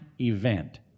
event